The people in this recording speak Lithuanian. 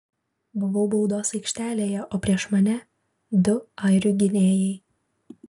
buvau baudos aikštelėje o prieš mane du airių gynėjai